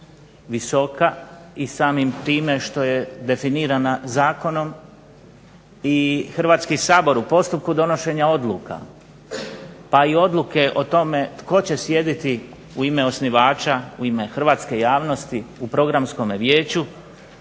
visoka i samim time što je definirana zakonom bi Hrvatski sabor u postupku donošenja odluka pa i odluke o tome tko će sjediti u ime osnivača, u ime hrvatske javnosti u Programskom vijeću